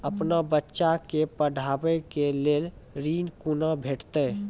अपन बच्चा के पढाबै के लेल ऋण कुना भेंटते?